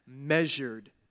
measured